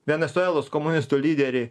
venesuelos komunistų lyderį